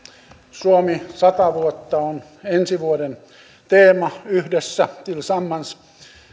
suomi sata vuotta on ensi vuoden teema yhdessä tillsammans